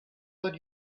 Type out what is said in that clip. that